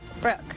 Brooke